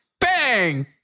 Bang